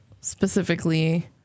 Specifically